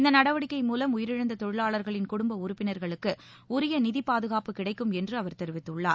இந்த நடவடிக்கை மூலம் உயிரிழந்த தொழிலாளர்களின் குடும்ப உறுப்பினர்களுக்கு உரிய நிதி பாதுகாப்பு கிடைக்கும் என்று அவர் தெரிவித்துள்ளார்